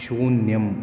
शून्यम्